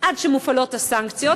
עד שמופעלות הסנקציות,